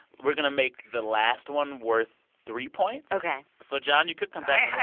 we're going to make the last one worth three points ok so, jon, you could come back.